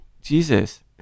Jesus